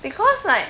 because like